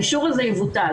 האישור הזה יבוטל.